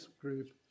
group